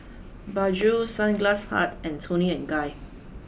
Bajaj Sunglass Hut and Toni and Guy